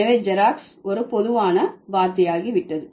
எனவே ஜெராக்ஸ் ஒரு பொதுவான வார்த்தையாகிவிட்டது